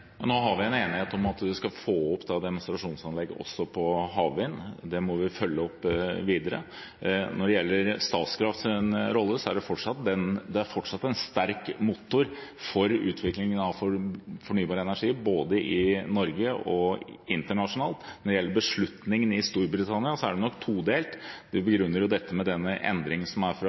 Nå har vi en enighet om at vi skal få opp et demonstrasjonsanlegg også på havvind. Det må vi følge opp videre. Når det gjelder Statkraft, er det fortsatt en sterk motor for utviklingen av fornybar energi, både i Norge og internasjonalt. Når det gjelder beslutningen i Storbritannia, er den todelt. Vi begrunner dette med endringen i budsjettet. Men det er